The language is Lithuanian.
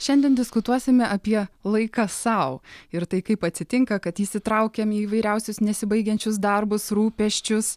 šiandien diskutuosime apie laiką sau ir tai kaip atsitinka kad įsitraukiam į įvairiausius nesibaigiančius darbus rūpesčius